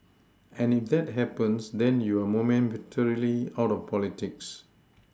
and if that happens then you're momentarily out of politics